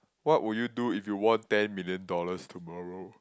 what would you do if you won ten million dollars tomorrow